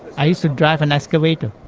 i used to drive an excavator.